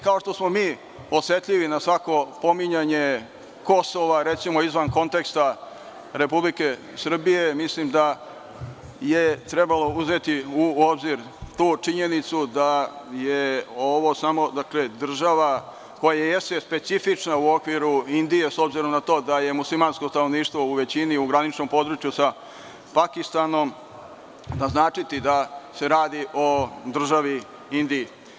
Kao što smo mi osetljivi na svako pominjanje Kosova, recimo, izvan konteksta Republike Srbije, mislim da je trebalo uzeti u obzir tu činjenicu da je ovo samo država koja jeste specifična u okviru Indije, s obzirom na to da je muslimansko stanovništvo u većini, u graničnom području sa Pakistanom, naznačiti da se radi o državi Indiji.